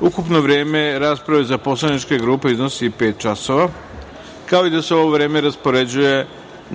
ukupno vreme rasprave za poslaničke grupe iznosi pet časova, kao i da se ovo vreme raspoređuje